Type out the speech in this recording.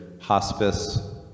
hospice